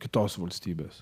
kitos valstybės